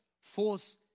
force